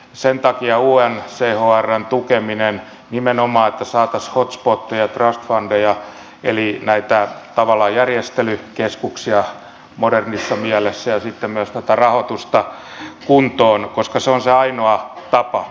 sen takia on unchrn tukeminen nimenomaan että saataisiin hot spoteja trust fundeja eli näitä tavallaan järjestelykeskuksia modernissa mielessä ja sitten myös tätä rahoitusta kuntoon koska se on se ainoa tapa